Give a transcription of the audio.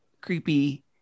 creepy